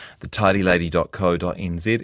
thetidylady.co.nz